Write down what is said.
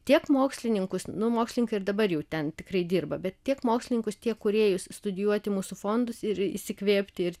tiek mokslininkus nu mokslininkai ir dabar jau ten tikrai dirba bet tiek mokslininkus tiek kūrėjus studijuoti mūsų fondus ir įsikvėpti ir